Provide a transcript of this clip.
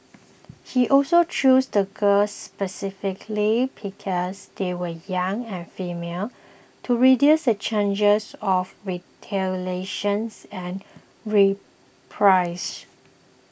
he also chose the girls specifically because they were young and female to reduce the changes of retaliations and reprisal